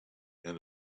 and